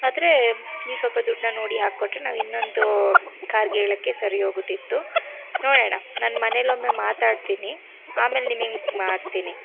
ಆದ್ರೆ ನೀವು ಸ್ವಲ್ಪ ದುಡ್ಡನ್ನ ನೋಡಿ ಹಾಕ್ಕೊಟ್ಟರೆ ನಾವು ಇನ್ನೊಂದು ಕಾರಿಗೆ ಹೇಳಕ್ಕೆ ಸರಿ ಹೋಗುತಿತ್ತು ನೋಡೋಣ ನಾನು ಮನೆಲೊಮ್ಮೆ ಮಾತಾಡ್ತೀನಿ ಆಮೇಲೆ ನಿಮಗ್ ಮಾಡ್ತೀನಿ